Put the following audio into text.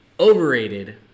Overrated